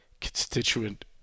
constituent